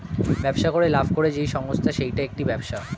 ব্যবসা করে লাভ করে যেই সংস্থা সেইটা একটি ব্যবসা